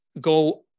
go